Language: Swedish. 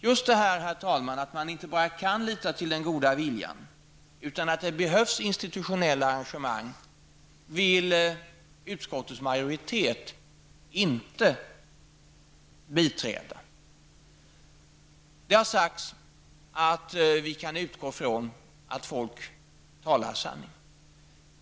Just detta, herr talman, att man inte bara kan lita till den goda viljan utan att det behövs institutionella arrangemang vill utskottets majoritet inte biträda. Det har sagts att vi kan utgå från att folk talar sanning.